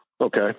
Okay